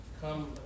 come